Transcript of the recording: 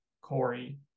Corey